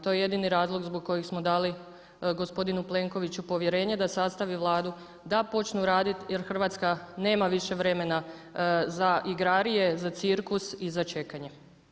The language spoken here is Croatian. To je jedini razlog zbog kojeg smo dali gospodinu Plenkoviću povjerenje da sastavi Vladu, da počnu radit jer Hrvatska nema više vremena za igrarije, za cirkus i za čekanje.